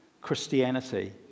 Christianity